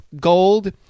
gold